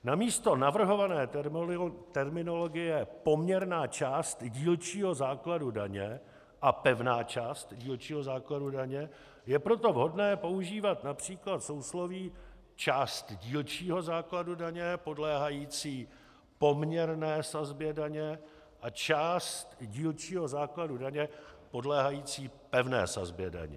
Namísto navrhované terminologie poměrná část dílčího základu daně a pevná část dílčího základu daně je proto vhodné používat například sousloví část dílčího základu daně podléhající poměrné sazbě daně a část dílčího základu daně podléhající pevné sazbě daně.